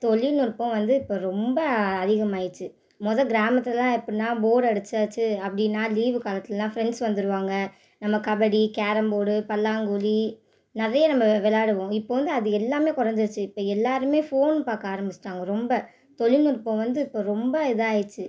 தொழில்நுட்பம் வந்து இப்போ ரொம்ப அதிகமாயிடுச்சு முத கிராமத்திலலாம் எப்பிடின்னா போர் அடிச்சாச்சு அப்படின்னா லீவு காலத்திலலாம் ஃப்ரெண்ட்ஸ் வந்துடுவாங்க நம்ம கபடி கேரம் போர்டு பல்லாங்குழி நிறைய நம்ம விளாடுவோம் இப்போ வந்து அது எல்லாமே குறஞ்சிடுச்சி இப்போ எல்லாருமே ஃபோன் பார்க்க ஆரம்பிச்சிட்டாங்கள் ரொம்ப தொழில்நுட்பம் வந்து இப்போ ரொம்ப இதாயிடுச்சு